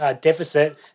deficit